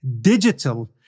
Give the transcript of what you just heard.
digital